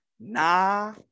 Nah